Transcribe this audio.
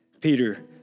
Peter